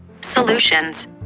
solutions